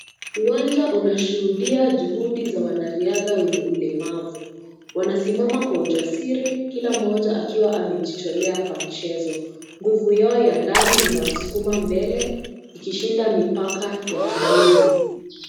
Uwanja unashuhudia juhudi za wanariadha wenye ulemavu. Wanasimama kwa ujasiri kila mmoja akiwa amejitolea kwa mchezo. Nguvu yao ya ndani inawasukuma mbele ikishinda mipaka ya kimwili.